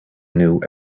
knew